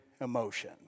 emotion